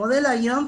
המודל כיום,